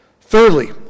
Thirdly